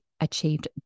achieved